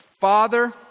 Father